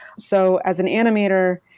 so as an animator,